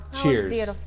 cheers